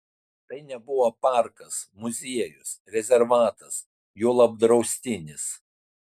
tai nebuvo parkas muziejus rezervatas juolab draustinis